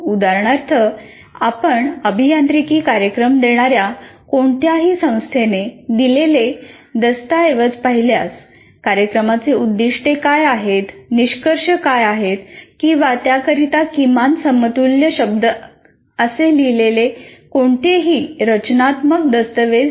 उदाहरणार्थ आपण अभियांत्रिकी कार्यक्रम देणार्या कोणत्याही संस्थेने दिलेले दस्तऐवज पाहिल्यास कार्यक्रमाचे उद्दीष्टे काय आहेत निष्कर्ष काय आहेत किंवा त्याकरिता किमान समतुल्य शब्द असे लिहिलेले कोणतेही रचनात्मक दस्तऐवज नाही